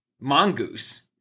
mongoose